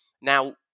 Now